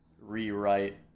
rewrite